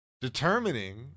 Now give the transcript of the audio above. determining